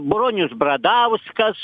bronius bradauskas